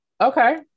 Okay